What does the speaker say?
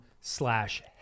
slash